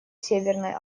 северной